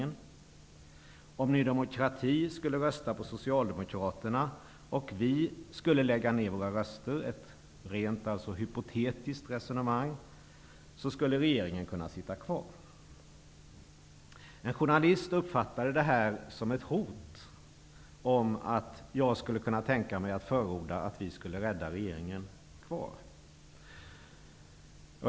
Om man i Ny demokrati skulle rösta på Socialdemokraternas förslag och vi vänsterpartister skulle lägga ned våra röster -- ett rent hypotetiskt resonemang -- skulle regeringen kunna sitta kvar. En journalist uppfattade det jag sade som ett hot om att jag skulle kunna tänka mig att förorda att vi skulle rädda kvar regeringen.